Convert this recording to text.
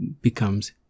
becomes